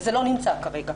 וזה לא נמצא כרגע.